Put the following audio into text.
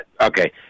Okay